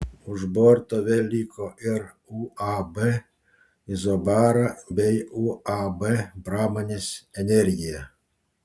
už borto vėl liko ir uab izobara bei uab pramonės energija